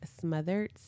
smothered